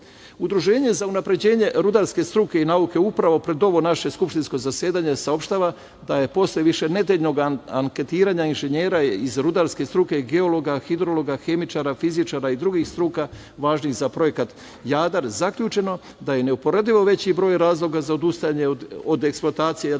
uzima. Udruženje za unapređenje rudarske struke i nauke upravo pred ovo naše skupštinsko zasedanje saopštava da je posle višenedeljnog anketira inženjera iz rudarske struke, geologa, hidrologa, hemičara, fizičara i drugih struka važnih za projekat Jadar zaključeno da je neuporedivo veći broj razloga za odustajnje od eksploatacije